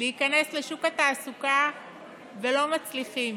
להיכנס לשוק התעסוקה ולא מצליחים,